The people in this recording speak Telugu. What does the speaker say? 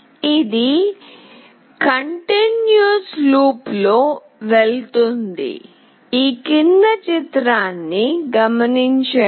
ఇది నిరంతర లూప్ లో వెళుతుంది